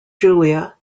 julia